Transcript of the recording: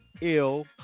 Ill